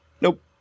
Nope